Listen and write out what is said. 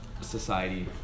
society